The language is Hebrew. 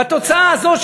בתוצאה הזאת,